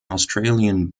australian